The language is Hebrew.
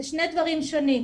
אלה שני דברים שונים,